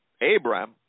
Abraham